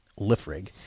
Lifrig